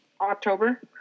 October